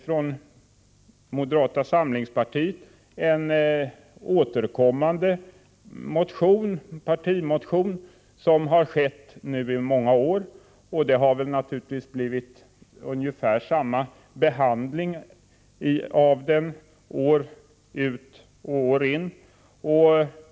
Från moderata samlingspartiet har vi haft en återkommande partimotion i många år, och den har fått ungefär samma behandling år ut och år in.